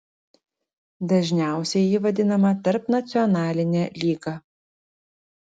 dažniausiai ji vadinama tarpnacionaline lyga